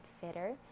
fitter